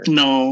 no